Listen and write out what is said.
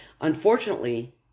Unfortunately